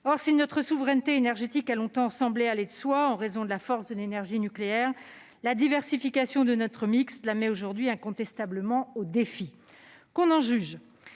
Or, si notre souveraineté énergétique a longtemps semblé aller de soi, en raison de la force de l'énergie nucléaire, la diversification de notre mix la met aujourd'hui incontestablement au défi. Que l'on en juge :